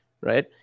right